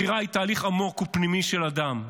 בחירה היא תהליך עמוק ופנימי של אדם,